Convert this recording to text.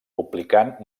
publicant